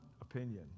opinion